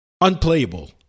unplayable